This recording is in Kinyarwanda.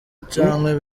canke